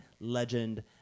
legend